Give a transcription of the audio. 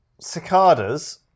Cicadas